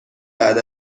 بعد